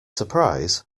surprise